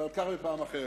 ועל כך בפעם אחרת.